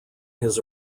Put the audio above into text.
his